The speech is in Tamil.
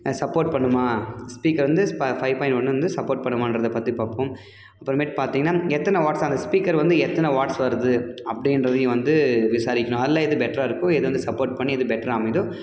சப்போர்ட் பண்ணுமா ஸ்பீக்கர் வந்து ஃப ஃபைவ் பாயிண்ட் ஒன்னு வந்து சப்போர்ட் பண்ணுமான்றத பற்றி பார்ப்போம் அப்புறமேட்டு பார்த்திங்கன்னா எத்தனை வாட்ஸ் அந்த ஸ்பீக்கர் வந்து எத்தனை வாட்ஸ் வருது அப்படின்றதையும் வந்து விசாரிக்கணும் அதில் எது பெட்டராக இருக்கோ எது வந்து சப்போர்ட் பண்ணி எது பெட்டராக அமையுதோ